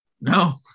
No